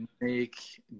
make